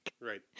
right